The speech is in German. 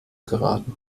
geraten